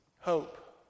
Hope